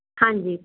ਹਾਂਜੀ